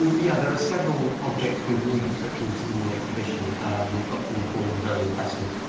yeah, there are several objects with runic inscriptions in the exhibition we've got in the corner the very impressive